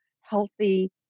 healthy